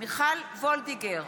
מיכל וולדיגר,